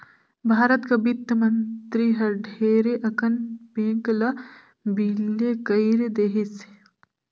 भारत कर बित्त मंतरी हर ढेरे अकन बेंक ल बिले कइर देहिस